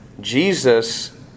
Jesus